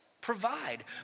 provide